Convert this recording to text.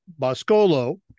Boscolo